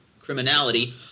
criminality